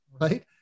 right